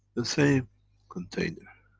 the same container,